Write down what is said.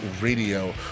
Radio